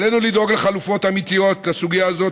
עלינו לדאוג לחלופות אמיתיות לסוגיה זו,